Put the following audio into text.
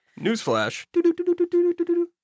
Newsflash